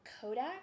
Kodak